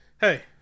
Hey